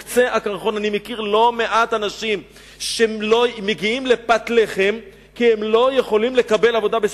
אני מכיר לא מעט אנשים שמגיעים עד פת לחם כי הם לא יכולים לעבוד בשבת.